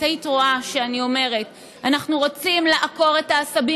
את היית רואה שאני אומרת: אנחנו רוצים לעקור את העשבים